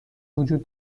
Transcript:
وجود